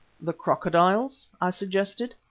the crocodiles, i suggested.